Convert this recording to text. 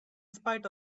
spite